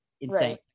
insane